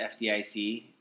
FDIC